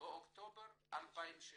באוקטובר 2016